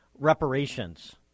reparations